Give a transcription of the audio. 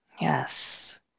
Yes